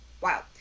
Wow